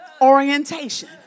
orientation